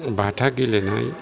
बाथा गेलेनाय